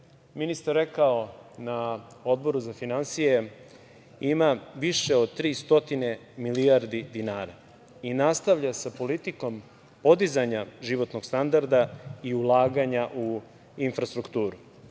ministar rekao na Odboru za finansije ima više od 300 milijardi dinara i nastavlja sa politikom podizanja životnog standarda i ulaganja u infrastrukturu. Ostvarili